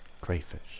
crayfish